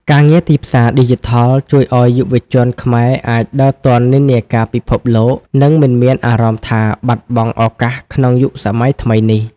ការងារទីផ្សារឌីជីថលជួយឱ្យយុវជនខ្មែរអាចដើរទាន់និន្នាការពិភពលោក និងមិនមានអារម្មណ៍ថាបាត់បង់ឱកាសក្នុងយុគសម័យថ្មីនេះ។